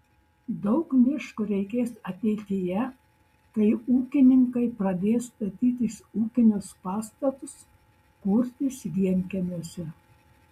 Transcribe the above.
daug miško reikės ateityje kai ūkininkai pradės statytis ūkinius pastatus kurtis vienkiemiuose